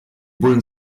bullen